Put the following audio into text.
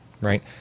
right